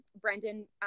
Brendan